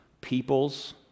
people's